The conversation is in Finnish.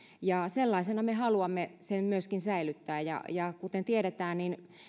ja sellaisena me haluamme sen myöskin säilyttää kuten tiedetään